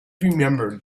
remembered